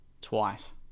twice